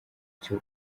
cyo